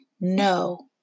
no